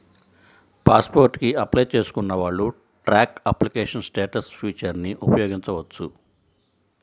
pass port కి apply చేసుకున్న వాళ్ళు ట్రాక్ అప్లికేషన్ స్టేటస్ ఫీచర్ని ఉపయోగించవచ్చు